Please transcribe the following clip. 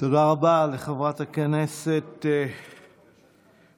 תודה רבה לחברת הכנסת לזימי.